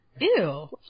ew